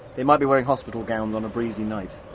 they might be wearing hospital gowns on a breezy night